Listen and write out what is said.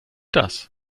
das